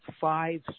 five